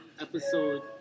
episode